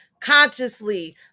consciously